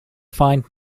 find